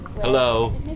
Hello